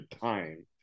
time